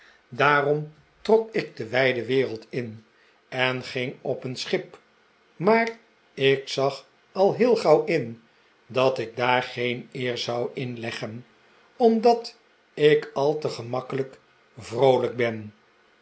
daarom trok ik de wijde wereld in en ging op een schip maar ik zag al heel gauw in dat ik daar geen eer zou inleggen omdat ik al te gemakkelijk vroolijk ben